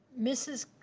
mrs,